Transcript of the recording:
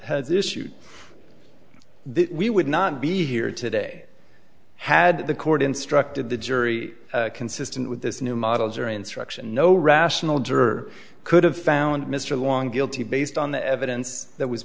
has issued we would not be here today had the court instructed the jury consistent with this new model jury instruction no rational juror could have found mr long guilty based on the evidence that was